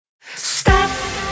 Stop